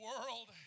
world